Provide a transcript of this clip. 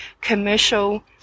commercial